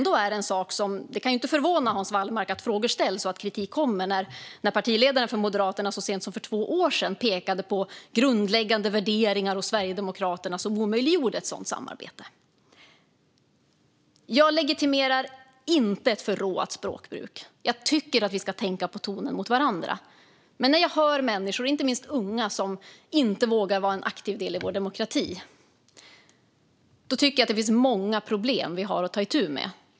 Det kan ju inte förvåna Hans Wallmark att frågor ställs och att kritik kommer när partiledaren för Moderaterna så sent som för två år sedan pekade på grundläggande värderingar hos Sverigedemokraterna som omöjliggjorde ett sådant samarbete. Jag legitimerar inte ett förråat språkbruk. Jag tycker att vi ska tänka på tonen mot varandra. Men när jag hör människor, inte minst unga, som inte vågar vara en aktiv del i vår demokrati tycker jag att det finns många problem att ta itu med.